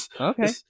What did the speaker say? Okay